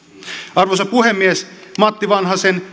arvoisa puhemies matti vanhasen